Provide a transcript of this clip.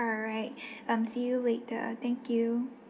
alright um see you later thank you